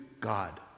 God